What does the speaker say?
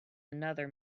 another